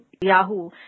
Yahoo